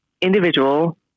individual